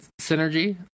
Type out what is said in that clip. synergy